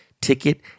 ticket